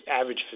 average